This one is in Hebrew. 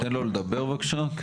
תן לו לדבר בבקשה.